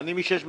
אני משש בבוקר.